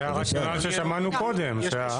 זו ההערה ששמענו קודם.